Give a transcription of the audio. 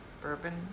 Bourbon